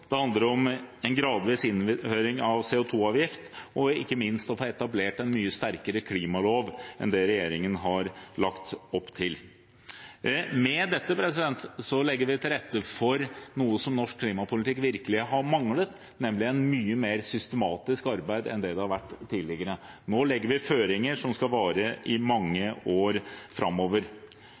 det handler om en gradvis innføring av CO 2 -avgift og ikke minst om å få etablert en mye sterkere klimalov enn det regjeringen har lagt opp til. Med dette legger vi til rette for noe som norsk klimapolitikk virkelig har manglet, nemlig et mye mer systematisk arbeid enn det har vært tidligere. Nå legger vi føringer som skal vare i mange år framover.